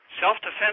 self-defense